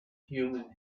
human